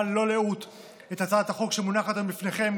ללא לאות את הצעת החוק שמונחת היום בפניכם,